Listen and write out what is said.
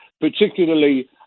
particularly